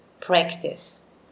practice